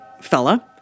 fella